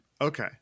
Okay